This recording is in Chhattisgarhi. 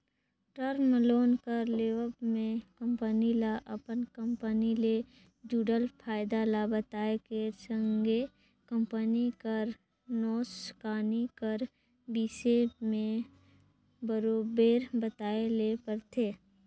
टर्म लोन कर लेवब में कंपनी ल अपन कंपनी ले जुड़ल फयदा ल बताए कर संघे कंपनी कर नोसकानी कर बिसे में बरोबेर बताए ले परथे